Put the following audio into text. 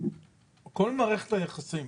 כל מערכת היחסים